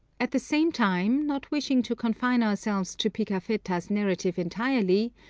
at the same time, not wishing to confine ourselves to pigafetta's narrative entirely,